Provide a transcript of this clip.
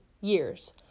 years